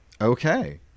Okay